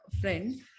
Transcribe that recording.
friend